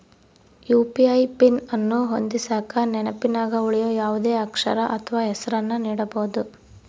UPI PIN ಅನ್ನು ಹೊಂದಿಸಕ ನೆನಪಿನಗ ಉಳಿಯೋ ಯಾವುದೇ ಅಕ್ಷರ ಅಥ್ವ ಹೆಸರನ್ನ ನೀಡಬೋದು